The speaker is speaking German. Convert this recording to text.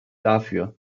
dafür